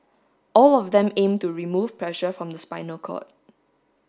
all of them aim to remove pressure from the spinal cord